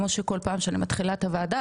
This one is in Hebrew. כמו שכל פעם שאני מתחילה את הוועדה,